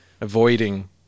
avoiding